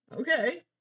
Okay